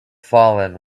fallen